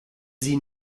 sie